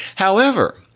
however,